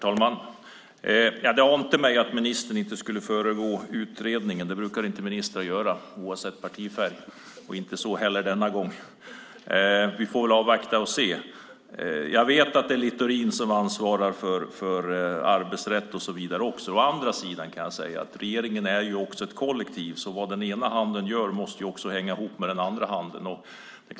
Herr talman! Det ante mig att ministern inte skulle föregripa utredningen. Det brukar ministrar inte göra oavsett partifärg - och inte så heller denna gång. Vi får avvakta och se. Jag vet att Littorin ansvarar för arbetsrätt och så vidare, men regeringen är ett kollektiv. Vad den ena handen gör måste den andra vara med på.